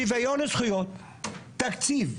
שוויון זכויות, תקציב.